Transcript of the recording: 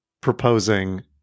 proposing